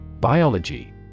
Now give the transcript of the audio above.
Biology